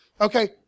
Okay